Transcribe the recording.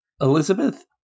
Elizabeth